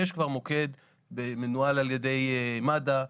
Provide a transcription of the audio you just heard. יש כבר מוקד שמנוהל על ידי מד"א,